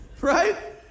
right